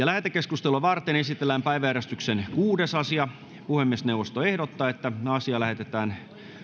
lähetekeskustelua varten esitellään päiväjärjestyksen kuudes asia puhemiesneuvosto ehdottaa että asia lähetetään